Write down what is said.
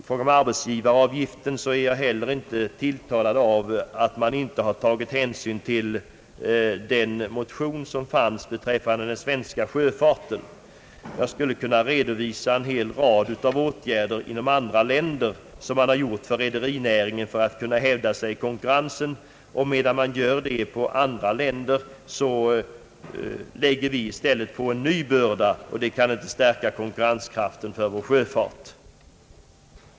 Vad gäller arbetsgivaravgiften är jag inte heller tilltalad av att man inte har tagit hänsyn till den motion som väckts beträffande den svenska sjöfarten. Jag skulle kunna redovisa en hel rad av åtgärder inom andra länder som vidtagits för att rederinäringen skall kunna hävda sig i konkurrensen. Medan dessa åtgärder vidtagits i andra länder, lägger vi i stället på sjöfarten en ny börda. Det kan inte stärka vår sjöfarts konkurrenskraft.